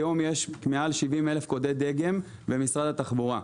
היום יש מעל 70 אלף קודי דגם במשרד התחבורה.